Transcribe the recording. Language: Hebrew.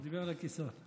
הוא דיבר על הכיסאות.